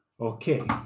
Okay